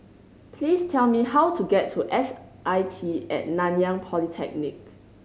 please tell me how to get to S I T At Nanyang Polytechnic